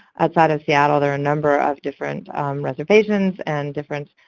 outside of seattle, there are a number of different reservations and different